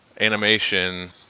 animation